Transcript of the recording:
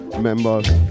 members